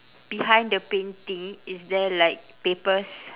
behind the painting is there like papers